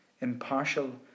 impartial